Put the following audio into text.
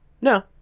No